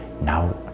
Now